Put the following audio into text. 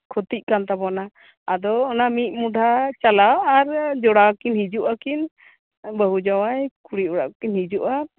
ᱠᱷᱚᱛᱤᱜ ᱠᱟᱱ ᱛᱟᱵᱚᱱᱟ ᱟᱫᱚ ᱚᱱᱟ ᱢᱤᱜ ᱢᱚᱰᱷᱟ ᱪᱟᱞᱟᱣ ᱟᱨ ᱡᱚᱲᱟᱣ ᱠᱤᱱ ᱦᱤᱡᱩᱜᱼᱟ ᱠᱤᱱ ᱵᱟᱦᱩ ᱡᱟᱸᱣᱟᱭ ᱠᱩᱲᱤ ᱚᱲᱟᱜ ᱠᱚ ᱠᱤᱱ ᱦᱤᱡᱩᱜᱼᱟ